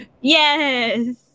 Yes